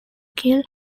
kill